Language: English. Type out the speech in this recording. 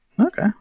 Okay